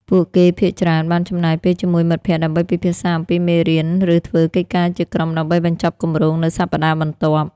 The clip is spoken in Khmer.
ពួកគេភាគច្រើនបានចំណាយពេលជាមួយមិត្តភក្តិដើម្បីពិភាក្សាអំពីមេរៀន ឬធ្វើកិច្ចការជាក្រុមដើម្បីបញ្ចប់គម្រោងនៅសប្តាហ៍បន្ទាប់។